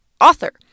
author